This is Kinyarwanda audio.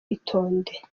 itonde